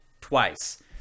twice